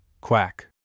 Quack